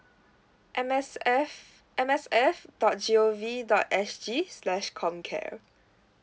M_S_F M S F dot G O V dot S G slash comcare